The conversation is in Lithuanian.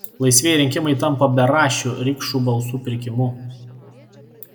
laisvieji rinkimai tampa beraščių rikšų balsų pirkimu